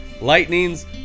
lightnings